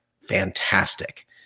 fantastic